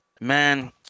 man